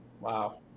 Wow